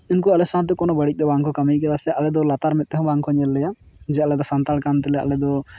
ᱩᱱᱠᱩ ᱟᱞᱮ ᱥᱟᱶᱛᱮ ᱠᱚᱱᱳ ᱵᱟᱹᱲᱤᱡ ᱫᱚ ᱵᱟᱝᱠᱚ ᱠᱟᱹᱢᱤᱭᱟᱠᱟᱫᱟ ᱥᱮ ᱟᱞᱮ ᱫᱚ ᱞᱟᱛᱟᱨ ᱢᱮᱫ ᱛᱮᱦᱚᱸ ᱵᱟᱝᱠᱚ ᱧᱮᱞ ᱞᱮᱭᱟ ᱡᱮ ᱟᱞᱮ ᱫᱚ ᱥᱟᱱᱛᱟᱲ ᱠᱟᱱ ᱛᱮᱞᱮ ᱟᱞᱮ ᱫᱚ